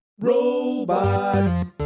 Robot